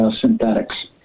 synthetics